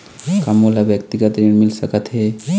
का मोला व्यक्तिगत ऋण मिल सकत हे?